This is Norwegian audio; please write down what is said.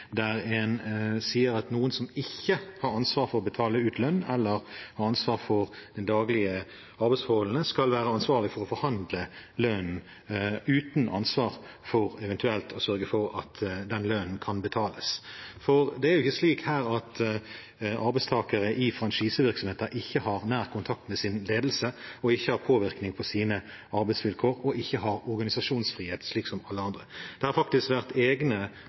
der en sier at noen som ikke har ansvar for å betale ut lønn eller ansvar for de daglige arbeidsforholdene, skal være ansvarlige for å forhandle lønn uten å ha ansvar for eventuelt å sørge for at den lønnen kan betales. For det er jo ikke slik at arbeidstakere i franchisevirksomheter ikke har nær kontakt med sin ledelse, ikke har påvirkning på sine arbeidsvilkår og ikke har organisasjonsfrihet, slik som alle andre. Det har faktisk vært egne